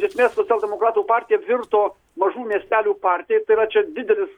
iš esmės socialdemokratų partija virto mažų miestelių partija ir tai yra čia didelis